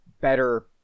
better